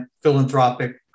philanthropic